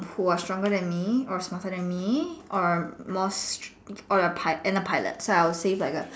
who are stronger than me or smarter than me or err most or a pie and a pilot so I will save like a